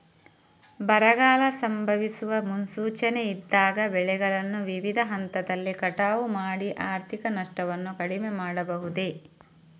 ಬರಗಾಲ ಸಂಭವಿಸುವ ಮುನ್ಸೂಚನೆ ಇದ್ದಾಗ ಬೆಳೆಗಳನ್ನು ವಿವಿಧ ಹಂತದಲ್ಲಿ ಕಟಾವು ಮಾಡಿ ಆರ್ಥಿಕ ನಷ್ಟವನ್ನು ಕಡಿಮೆ ಮಾಡಬಹುದೇ?